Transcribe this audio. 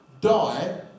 die